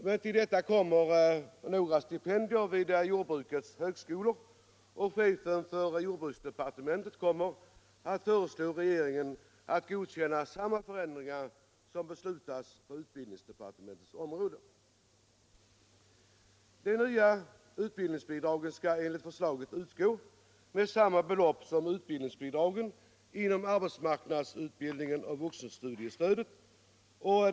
Därtill kommer några stipendier vid jordbrukets högskolor. Jordbruksministern kommer att föreslå regeringen att godkänna samma förändringar beträffande dessa som nu beslutas på utbildningsdepartementets område. Det nya utbildningsbidraget skall enligt förslaget utgå med samma belopp som utbildningsbidragen inom arbetsmarknadsutbildningen och vuxenstudiestödet.